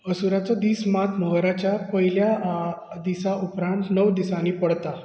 असुराचो दीस मात मोहराच्या पयल्या दिसा उपरांत णव दिसांनी पडटा